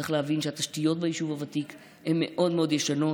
צריך להבין שהתשתיות ביישוב הוותיק הן מאוד מאוד ישנות.